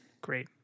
Great